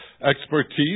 expertise